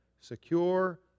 secure